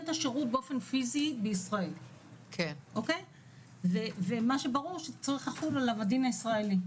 את השירות באופן פיזי בישראל וברור צריך לחול עליו הדין הישראלי.